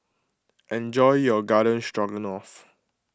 enjoy your Garden Stroganoff